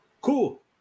Cool